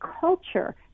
culture